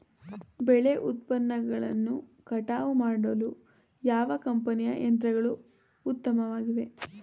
ಬೆಳೆ ಉತ್ಪನ್ನಗಳನ್ನು ಕಟಾವು ಮಾಡಲು ಯಾವ ಕಂಪನಿಯ ಯಂತ್ರಗಳು ಉತ್ತಮವಾಗಿವೆ?